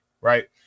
Right